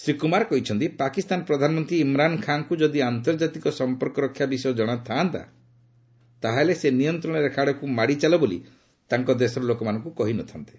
ଶ୍ରୀ କୁମାର କହିଛନ୍ତି ପାକିସ୍ତାନ ପ୍ରଧାନମନ୍ତ୍ରୀ ଇମ୍ରାନ୍ ଖାଁଙ୍କୁ ଯଦି ଆନ୍ତର୍ଜାତିକ ସମ୍ପର୍କ ରକ୍ଷା ବିଷୟ ଜଣାଥାନ୍ତା ତାହେଲେ ସେ ନିୟନ୍ତ୍ରଣ ରେଖା ଆଡ଼କୁ ମାଡ଼ି ଚାଲ ବୋଲି ତାଙ୍କ ଦେଶର ଲୋକମାନଙ୍କୁ କହିନଥାନ୍ତେ